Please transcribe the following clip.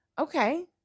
okay